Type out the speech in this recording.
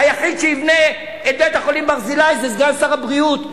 היחיד שיבנה את בית-החולים "ברזילי" זה סגן שר הבריאות ליצמן,